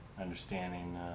understanding